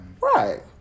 Right